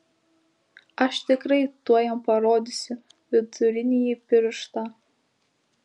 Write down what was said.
aš tikrai tuoj jam parodysiu vidurinįjį pirštą